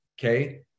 okay